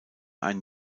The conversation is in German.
ein